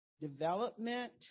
development